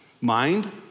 Mind